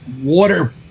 water